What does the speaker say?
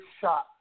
shot